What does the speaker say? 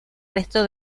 resto